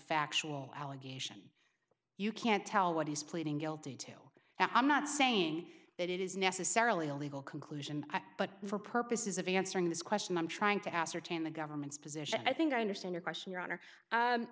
factual allegation you can't tell what he's pleading guilty tale and i'm not saying that it is necessarily a legal conclusion but for purposes of answering this question i'm trying to ascertain the government's position i think i understand your question your honor